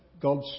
God's